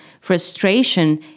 frustration